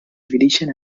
divideixen